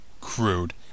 crude